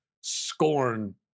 scorn